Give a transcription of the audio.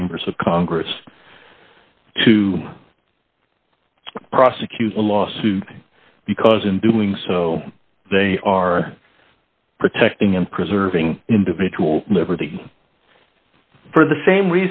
chambers of congress to prosecute a lawsuit because in doing so they are protecting and preserving individual liberty for the same